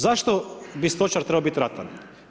Zašto bi stočar trebao biti ratar?